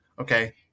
Okay